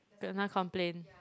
kena complain